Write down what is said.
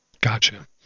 Gotcha